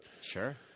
Sure